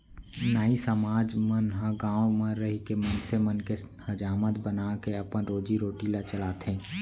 नाई समाज मन ह गाँव म रहिके मनसे मन के हजामत बनाके अपन रोजी रोटी ल चलाथे